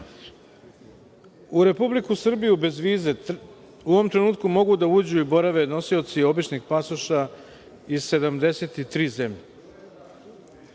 U Republiku Srbiju bez vize u ovom trenutku mogu da uđu i borave nosioci običnih pasoša iz 73 zemlje,